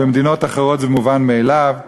במדינות אחרות זה מובן מאליו.